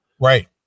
Right